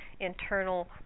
internal